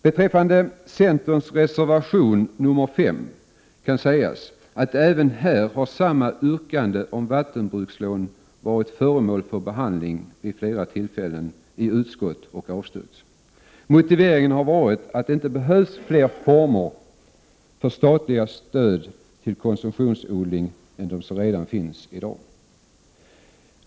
Beträffande centerns reservation 5 kan sägas att yrkandet om vattenbrukslån varit föremål för behandling vid flera tillfällen i utskottet och avstyrkts. Motiveringen har varit att det inte behövs fler former för statligt stöd till konsumtionsodling än de som redan finns.